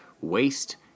waste